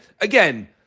again